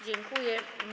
Dziękuję.